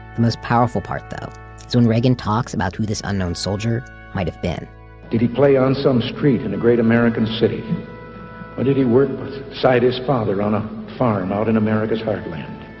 the most powerful part, though, was when reagan talks about who this unknown soldier might have been did he play on some street in a great american city? or did he work aside his father on a farm out in america's heartland?